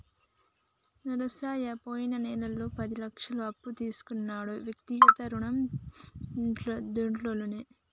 నరసయ్య పోయిన నెలలో పది లక్షల అప్పు తీసుకున్నాడు వ్యక్తిగత రుణం దాంట్లోనే